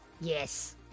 yes